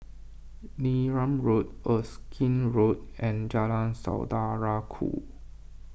Neram Road Erskine Road and Jalan Saudara Ku